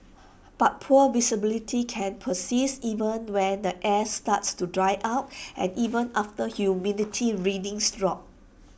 but poor visibility can persist even when the air starts to dry out and even after humidity readings drop